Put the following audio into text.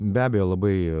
be abejo labai